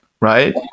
right